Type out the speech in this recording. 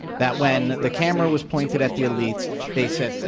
that when the camera was pointed at the elites, they said,